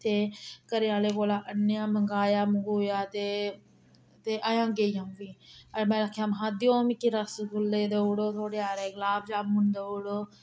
ते घरै आह्ले कोला आह्नेआं मंगाया मुंगेआ ते ते अजें गेई आ'ऊं फ्ही में आखेआ महां देओ मिकी रसगुल्ले देउड़े थोह्ड़े हारे गुलाबजामुन देउड़े